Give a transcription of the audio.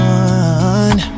one